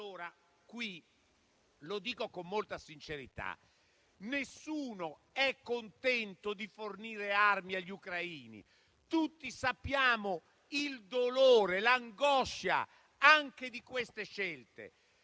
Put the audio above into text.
Dico con molta sincerità che nessuno è contento di fornire armi agli ucraini; tutti conosciamo il dolore e l'angoscia anche di queste scelte,